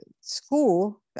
school